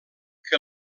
que